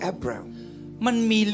Abraham